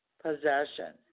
possession